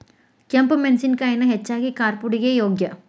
ಕೆಂಪ ಮೆಣಸಿನಕಾಯಿನ ಹೆಚ್ಚಾಗಿ ಕಾರ್ಪುಡಿಗೆ ಯೋಗ್ಯ